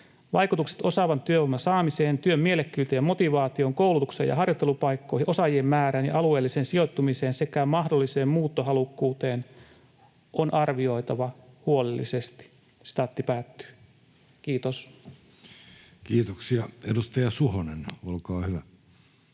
Vaikutukset osaavan työvoiman saamiseen, työn mielekkyyteen ja motivaatioon, koulutukseen ja harjoittelupaikkoihin, osaajien määrään ja alueelliseen sijoittumiseen sekä mahdolliseen muuttohalukkuuteen on arvioitava huolellisesti.” — Kiitos. Kiitoksia. — Edustaja Suhonen, olkaa hyvä.